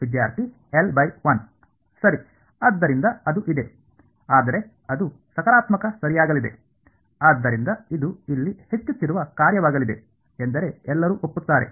ವಿದ್ಯಾರ್ಥಿ ಸರಿ ಆದ್ದರಿಂದ ಅದು ಇದೆ ಆದರೆ ಅದು ಸಕಾರಾತ್ಮಕ ಸರಿಯಾಗಲಿದೆ ಆದ್ದರಿಂದ ಇದು ಇಲ್ಲಿ ಹೆಚ್ಚುತ್ತಿರುವ ಕಾರ್ಯವಾಗಲಿದೆ ಎಂದರೆ ಎಲ್ಲರೂ ಒಪ್ಪುತ್ತಾರೆ